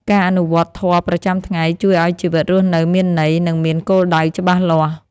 ការអនុវត្តធម៌ប្រចាំថ្ងៃ ជួយឱ្យជីវិតរស់នៅមានន័យ និងមានគោលដៅច្បាស់លាស់។